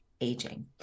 aging